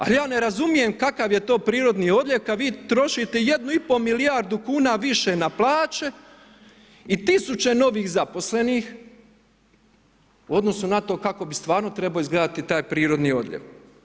Ali ja ne razumijem kakav je to prirodni odljev kada vi trošite jednu i pol milijardu kuna više na plaće i tisuće novih zaposlenih u odnosu na to kako bi stvarno trebao izgledati taj prirodni odljev.